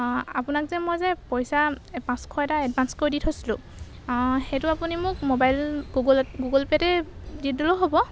আপোনাক যে মই যে পইচা পাঁচশ এটা এডভাঞ্চ কৰি দি থৈছিলোঁ অঁ সেইটো আপুনি মোক মোবাইল গুগলত গুগল পেতে দি দিলেও হ'ব